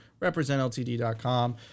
RepresentLTD.com